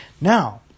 Now